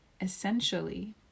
Essentially